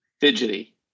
fidgety